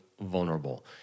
vulnerable